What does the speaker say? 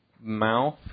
mouth